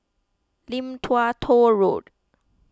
Lim Tua Tow Road